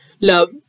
love